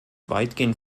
weitgehend